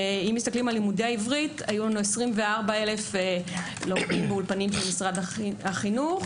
לימודי העברית היו 24,000 אולפנים שלומדים במשרד החינוך,